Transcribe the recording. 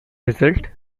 result